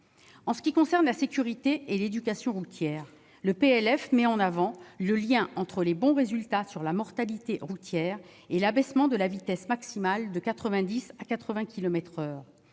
En ce qui concerne la sécurité et l'éducation routières, le PLF met en avant le lien entre les bons résultats en termes de mortalité routière et l'abaissement de la vitesse maximale de 90 à 80 kilomètres